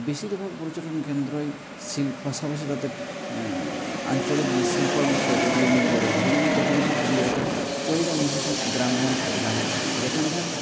বেশিরভাগ পর্যটন কেন্দ্রই সেই পাশাপাশি তাদের আঞ্চলিক যে শিল্প এবং শৈলগু্লি নিয়ে গড়ে উঠেছে এবং এর দেখা যায় যে পুরুলিয়াতে চড়িদা মুখোশে গ্রাম এমন একটা গ্রাম যেখানকার